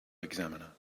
examiner